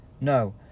No